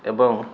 ଏବଂ